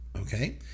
okay